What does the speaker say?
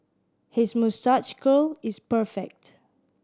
his moustache curl is perfect